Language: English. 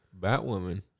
Batwoman